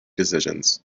decisions